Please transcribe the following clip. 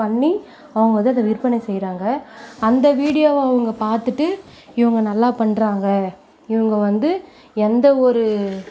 பண்ணி அவங்க வந்து அதை விற்பனை செய்கிறாங்க அந்த வீடியோவை அவங்க பார்த்துட்டு இவங்க நல்லா பண்றாங்க இவங்க வந்து எந்த ஒரு